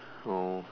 oh